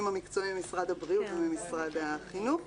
המקצועיים ממשרד הבריאות וממשרד החינוך.